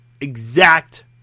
exact